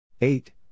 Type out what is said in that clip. Eight